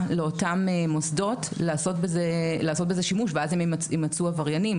לאותם מוסדות לעשות בזה שימוש ואז הם יימצאו עברייניים.